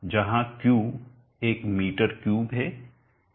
जहाँ Q एक m3 है h m में है